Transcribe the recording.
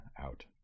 out